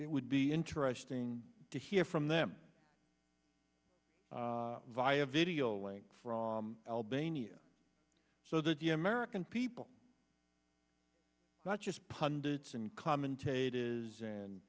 it would be interesting to hear from them via video link from albania so that the american people not just pundits and commentators